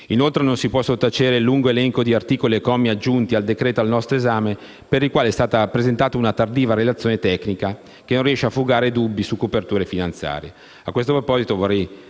Inoltre non si può sottacere il lungo elenco di articoli e commi aggiunti al decreto-legge al nostro esame, per i quali è stata presentata una tardiva relazione tecnica, che non riesce a fugare i dubbi sulle coperture finanziarie.